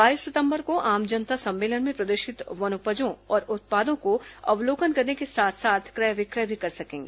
बाईस सितंबर को आम जनता सम्मेलन में प्रदर्शित वनोपजों और उत्पादों का अवलोकन करने के साथ क्रय विक्रय भी कर सकेंगी